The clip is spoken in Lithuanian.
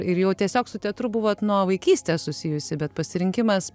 ir jau tiesiog su teatru buvot nuo vaikystės susijusi bet pasirinkimas